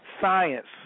Science